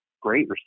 great